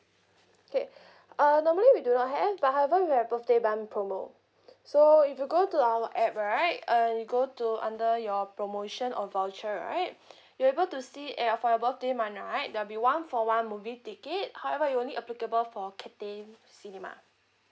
K uh normally we do not have but however we have birthday month promo so if you go to our app right and you go to under your promotion or voucher right you able to see at your for your birthday month right there'll be one for one movie ticket however it'll only applicable for Cathay cinema